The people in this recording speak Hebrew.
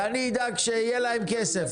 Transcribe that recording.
ואני אדאג שיהיה להם כסף גם שנה הבאה.